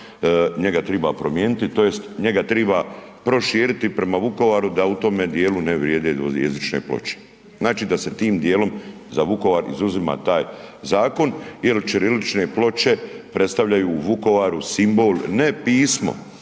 njega treba promijeniti tj. njega treba proširiti prema Vukovaru da u tome dijelu ne vrijede dvojezične ploče. Znači da se tim dijelom za Vukovar izuzima taj zakon jer ćirilične ploče predstavljaju u Vukovaru simbol ne pismo,